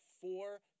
four